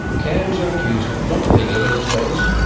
cams are accused of not being evidence-based,